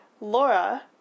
Laura